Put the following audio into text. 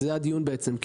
זה הדיון בעצם,